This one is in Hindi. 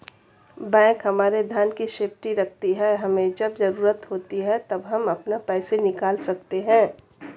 बैंक हमारे धन की सेफ्टी रखती है हमे जब जरूरत होती है तब हम अपना पैसे निकल सकते है